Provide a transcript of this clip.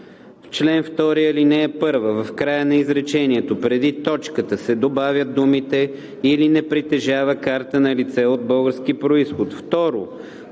чл. 2, ал. 1 в края на изречението, преди точката се добавят думите: „или не притежава карта на лице от български произход“;